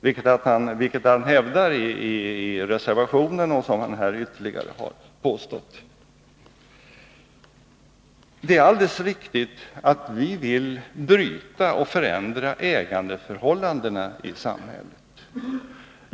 Detta hävdas i reservationen och Kjell-Olof Feldt påstår det även här. Det är alldeles riktigt att vi vill bryta och förändra ägandeförhållandena i samhället.